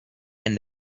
and